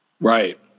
Right